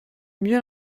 mieux